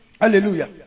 Hallelujah